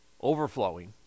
overflowing